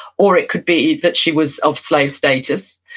or it could be that she was of slave status.